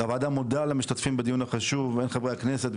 הוועדה מודה למשתתפים בדיון החשוב הן חברי הכנסת,